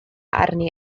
arni